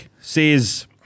says